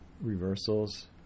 reversals